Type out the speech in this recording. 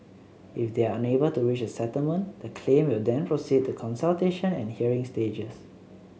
if they are unable to reach a settlement the claim will then proceed to consultation and hearing stages